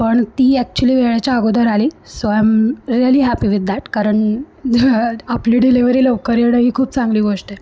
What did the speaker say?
पण ती ॲक्चुली वेळेच्या अगोदर आली so am really happy with that कारण आपली डिलेवरी लवकर येणं ही खूप चांगली गोष्ट आहे